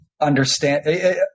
understand